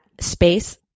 space